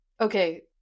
okay